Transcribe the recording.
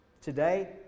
Today